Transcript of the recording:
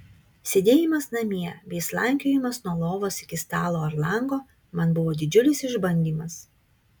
sėdėjimas namie bei slankiojimas nuo lovos iki stalo ar lango man buvo didžiulis išbandymas